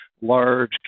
large